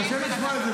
קשה לשמוע את זה,